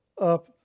up